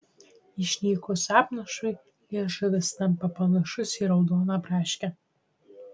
išnykus apnašui liežuvis tampa panašus į raudoną braškę